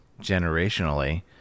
generationally